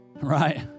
right